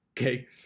Okay